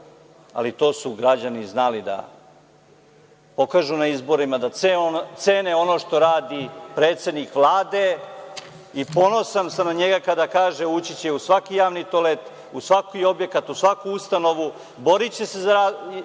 ali to su građani znali da pokažu na izborima, da cene ono što radi predsednik Vlade. Ponosan sam na njega kada kaže da će ući u svaki javni toalet, u svaki objekat, u svaku ustanovu, boriće se za svako